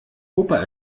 opa